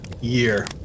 year